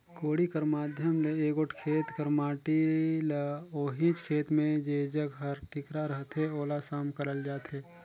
कोड़ी कर माध्यम ले एगोट खेत कर माटी ल ओहिच खेत मे जेजग हर टिकरा रहथे ओला सम करल जाथे